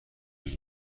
بری